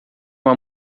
uma